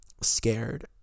scared